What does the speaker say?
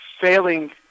failing